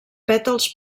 pètals